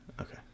Okay